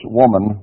woman